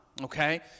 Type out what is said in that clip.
okay